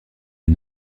est